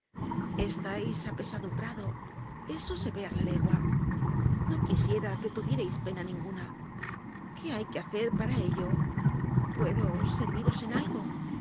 que teneis estais apesadumbrado eso se ve á la legua no quisiera que tuvierais pena ninguna qué hay que hacer para ello puedo serviros en algo